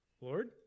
Lord